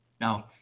Now